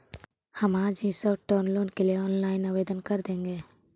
हम आज ही शॉर्ट टर्म लोन के लिए ऑनलाइन आवेदन कर देंगे